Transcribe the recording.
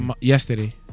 Yesterday